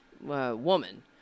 woman